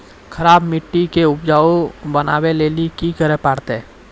खराब मिट्टी के उपजाऊ बनावे लेली की करे परतै?